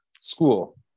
school